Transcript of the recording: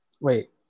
wait